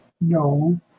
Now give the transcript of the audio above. no